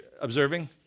observing